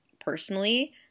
personally